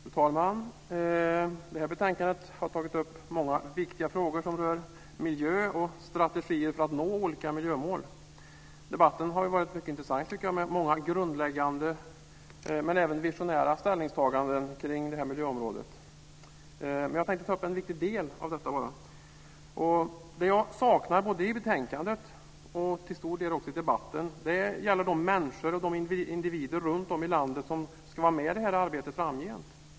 Fru talman! Det här betänkandet har tagit upp många viktiga frågor som rör miljö och strategier för att nå olika miljömål. Jag tycker att debatten har varit mycket intressant med många grundläggande men även visionära ställningstaganden på miljöområdet. Jag tänkte bara ta upp en viktig del av detta. Det jag saknar i betänkandet och till stor del också i debatten gäller de människor runtom i landet som ska vara med i det här arbetet framgent.